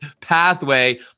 pathway